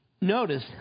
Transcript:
notice